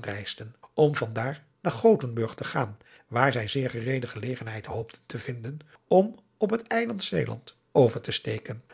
reisden om van daar naar gothenburg te gaan waar zij zeer gereede gelegenheid hoopten té vinden om op het eiland seeland over te steken